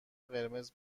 قرمز